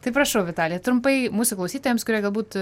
tai prašau vitalija trumpai mūsų klausytojams kurie galbūt